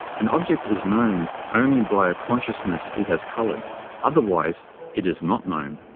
an object is known only by a consciousness it has colored otherwise it is not known.